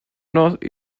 north